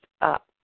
up